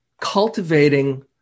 cultivating